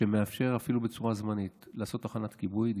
שמאפשר אפילו בצורה זמנית לעשות תחנת כיבוי,